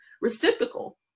Reciprocal